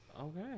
okay